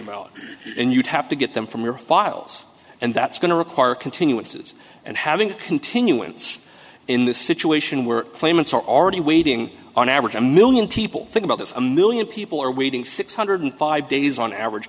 about and you'd have to get them from your files and that's going to require continuances and having continuance in this situation where claimants are already waiting on average a million people think about this a million people are waiting six hundred five days on average